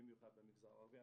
במיוחד במגזר הערבי.